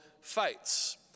fights